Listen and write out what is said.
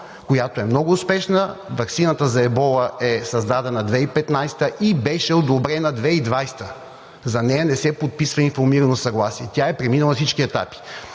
която е много успешна. Ваксината за Ебола е създадена 2015 г. и беше одобрена 2020 г. За нея не се подписва информирано съгласие. Тя е преминала всички етапи.